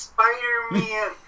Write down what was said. Spider-Man